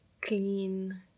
clean